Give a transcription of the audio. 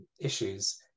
issues